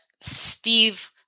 Steve